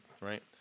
right